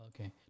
Okay